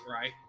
right